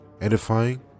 edifying